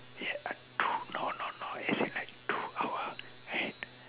yes uh two no no no as in like two hour and